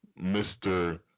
Mr